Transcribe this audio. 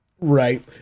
right